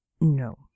No